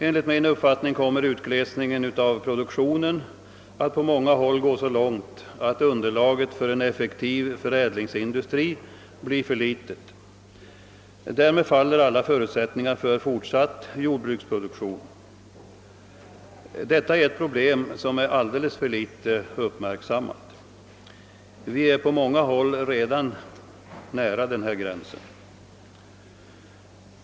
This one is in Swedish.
Enligt min uppfattning kommer utglesningen av produktionen att på många håll gå så långt att underlaget för en effektiv förädlingsindustri blir för litet. Därmed faller alla förutsättningar för fortsatt jordbruksproduktion. Detta är ett problem som är alldeles för litet uppmärksammat. På många håll är vi redan nära den gränsen.